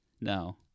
no